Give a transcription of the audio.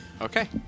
Okay